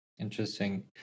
Interesting